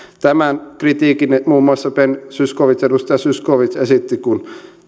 tämän kritiikin muun muassa edustaja ben zyskowicz esitti kun